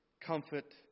comfort